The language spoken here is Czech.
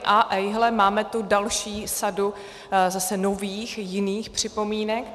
A ejhle, máme tu další sadu zase nových, jiných připomínek.